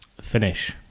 finish